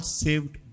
saved